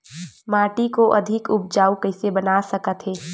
माटी को अधिक उपजाऊ कइसे बना सकत हे?